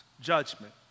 judgment